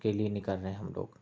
کے لیے نکل رہے ہیں ہم لوگ